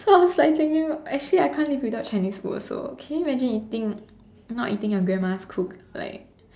so I was like thinking actually I can't live without Chinese food also can you imagine eating not eating your grandma's cook like